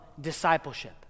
discipleship